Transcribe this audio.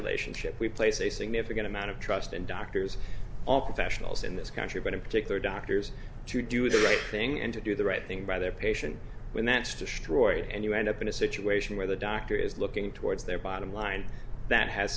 relationship we place a significant amount of trust in doctors all professionals in this country but in particular doctors to do the right thing and to do the right thing by their patient when that's destroyed and you end up in a situation where the doctor is looking towards their bottom line that has